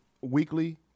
weekly